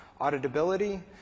auditability